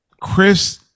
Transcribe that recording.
Chris